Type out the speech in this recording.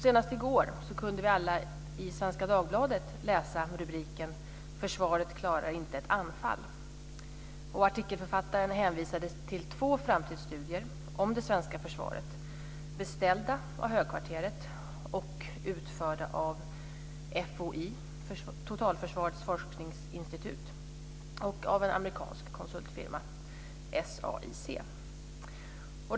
Senast i går kunde vi alla i Svenska Dagbladet läsa rubriken "Försvaret klarar inte ett anfall". Artikelförfattaren hänvisade till två framtidsstudier om det svenska försvaret. De är beställda av högkvarteret och utförda av FOI, Totalförsvarets forskningsinstitut, och en amerikansk konsultfirma, SAIC.